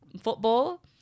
football